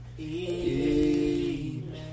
Amen